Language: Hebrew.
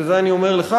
ואת זה אני אומר לך,